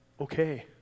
okay